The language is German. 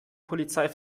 polizei